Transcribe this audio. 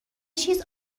چیز